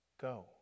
Go